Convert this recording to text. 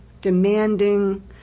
demanding